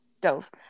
Dove